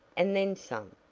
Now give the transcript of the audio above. and then some.